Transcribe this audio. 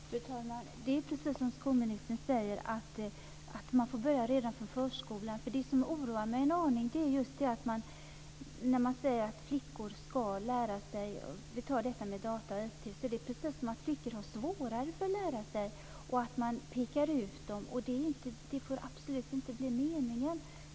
Fru talman! Det är precis så som skolministern säger - man får börja redan i förskolan. Vad som oroar mig en aning är just när man talar om att flickor ska lära sig. När det gäller data och IT är det som att flickor skulle ha svårare att lära sig och att de pekas ut. Men det får absolut inte vara meningen.